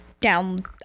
down